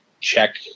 check